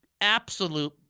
absolute